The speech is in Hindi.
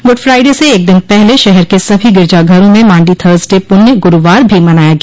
गुड फ्राइडे से एक दिन पहले शहर के सभी गिरिजाघरों में मांडी थर्सडे पुण्य गुरूवार भी मनाया गया